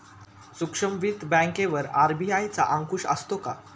सूक्ष्म वित्त बँकेवर आर.बी.आय चा अंकुश असतो का?